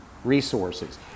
Resources